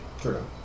True